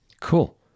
Cool